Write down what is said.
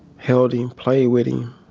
held him, play with him. i